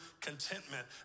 contentment